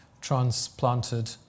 transplanted